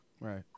Right